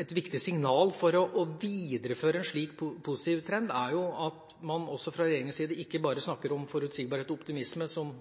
Et viktig signal for å videreføre en slik positiv trend er derfor at man fra regjeringas side ikke bare snakker om forutsigbarhet og optimisme som